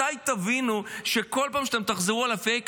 מתי תבינו שכל פעם שאתם תחזרו על הפייק